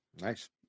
Nice